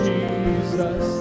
Jesus